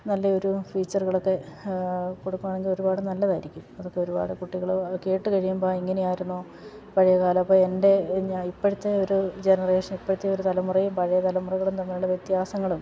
നല്ലയൊരു ഫീച്ചറുകളൊക്കെ കൊടുക്കുകയാണെങ്കിൽ ഒരുപാട് നല്ലതായിരിക്കും അതൊക്കെ ഒരുപാട് കുട്ടികൾ കേട്ടു കഴിയുമ്പോൾ ഇങ്ങനെയായിരുന്നു പഴയകാലമൊക്കെ എൻ്റെ ഇപ്പോഴത്തെ ഒരു ജനറേഷൻ ഇപ്പോഴത്തെ ഒരു തലമുറയും പഴയ തലമുറകളും തമ്മിലുള്ള വ്യത്യാസങ്ങളും